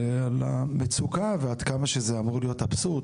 על המצוקה ועד כמה שזה אמור להיות אבסורד,